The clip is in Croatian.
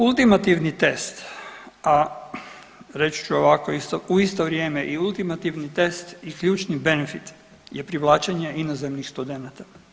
Ultimativni test, a reći ću ovako, u isto vrijeme i ultimativni test i ključni benefit je privlačenje inozemnih studenata.